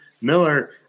Miller